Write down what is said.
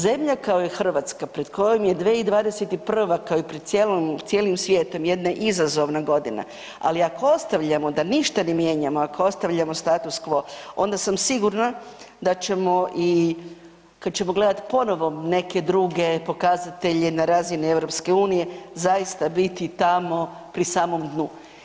Zemlja kao Hrvatska pred kojom je 2021. kao i pred cijelim svijetom jedna izazovna godina, ali ako ostavljamo da ništa ne mijenjamo ako ostavljamo status quo onda sam sigurna da ćemo kada ćemo gledati ponovno neke druge pokazatelje na razini EU zaista biti tamo pri samom dnu.